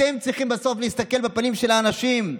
אתם צריכים בסוף להסתכל בפנים של האנשים,